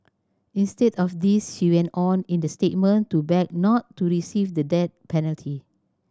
instead of this she went on in the statement to beg not to receive the death penalty